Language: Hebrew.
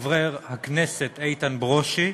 הכנסת איתן ברושי,